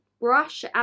brush